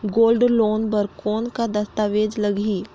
Gold loan बर कौन का दस्तावेज लगही?